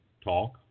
talk